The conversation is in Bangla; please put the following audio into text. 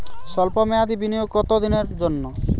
সল্প মেয়াদি বিনিয়োগ কত দিনের জন্য?